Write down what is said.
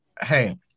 hey